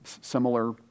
similar